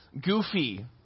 goofy